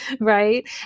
right